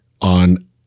on